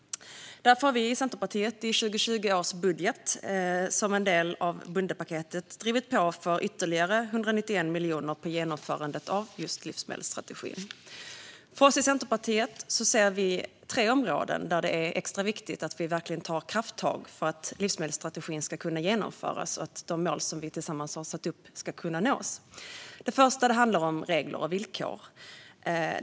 Därför har vi i Centerpartiet i 2020 års budget, som en del i bondepaketet, drivit på för ytterligare 191 miljoner till genomförandet av livsmedelsstrategin. Vi i Centerpartiet ser tre områden där det är extra viktigt att verkligen ta krafttag för att livsmedelsstrategin ska kunna genomföras så att de mål som vi tillsammans har satt upp kan nås. Det första handlar om regler och villkor.